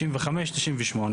מקסימום שלוש דירות טיפוסיות,